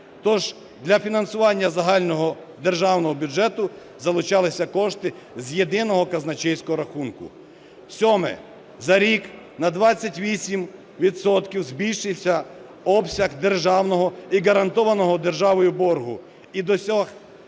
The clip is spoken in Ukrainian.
Тож для фінансування загального державного бюджету залучалися кошти з єдиного казначейського рахунку. Сьоме. За рік на 28 відсотків збільшився обсяг державного і гарантованого державою боргу